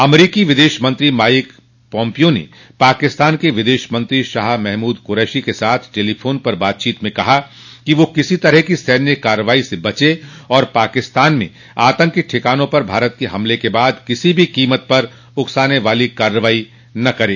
अमरीकी विदेश मंत्री माइक पोम्पियो ने पाकिस्तान के विदेशमंत्री शाह महमूद कुरैशी के साथ टेलीफोन पर बातचीत में कहा कि वह किसी तरह की सैन्य कार्रवाई से बचे और पाकिस्तान में आतंकी ठिकानों पर भारत के हमले के बाद किसी भी कीमत पर उकसाने वाली कार्रवाई न करे